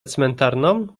cmentarną